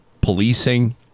policing